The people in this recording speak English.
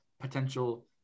potential